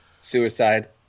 Suicide